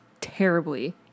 terribly